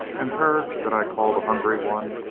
and her that i call the hungry one?